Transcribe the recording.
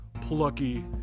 plucky